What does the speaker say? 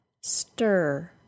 Stir